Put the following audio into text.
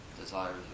desires